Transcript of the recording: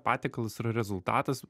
patiekalas yra rezultatas